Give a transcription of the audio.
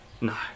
no